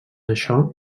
això